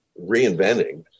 reinventing